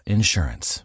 Insurance